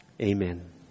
Amen